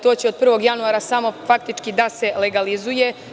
To će od 1. januara samo faktički da se legalizuje.